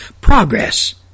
progress